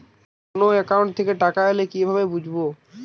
কোন একাউন্ট থেকে টাকা এল কিভাবে বুঝব?